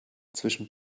zwischen